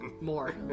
More